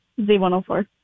Z104